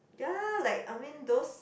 ya like I mean those